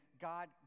God